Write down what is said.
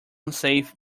unsafe